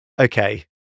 okay